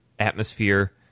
atmosphere